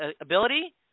ability